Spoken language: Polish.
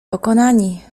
pokonani